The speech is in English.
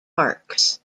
parks